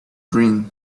dream